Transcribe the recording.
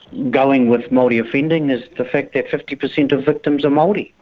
going with maori offending is the fact that fifty percent of victims are maori.